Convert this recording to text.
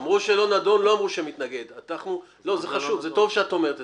אנחנו מצטרפים לעמדת